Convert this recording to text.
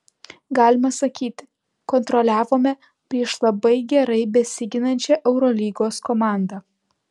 galima sakyti kontroliavome prieš labai gerai besiginančią eurolygos komandą